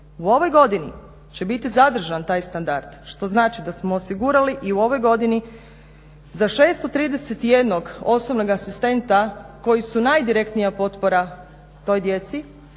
U ovoj godini će biti zadržan taj standard, što znači da smo osigurali i ovoj godini za 631 osobnog asistenta koji su najdirektnija potpora toj djeci,